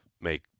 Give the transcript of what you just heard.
make